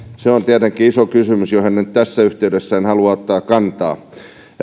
se on tietenkin iso kysymys johon en nyt tässä yhteydessä halua ottaa kantaa